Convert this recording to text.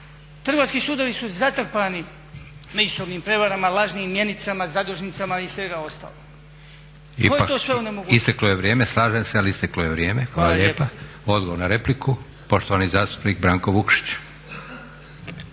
Trgovački sudovi su zatrpani međusobnim prevarama, lažnim mjenicama, zadužnicama i svega ostalog. Tko je to sve omogućio? **Leko, Josip (SDP)** Slažem se, ali isteklo je vrijeme. Hvala lijepa. Odgovor na repliku, poštovani zastupnik Branko Vukšić.